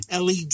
LED